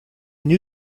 knew